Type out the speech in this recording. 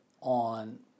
on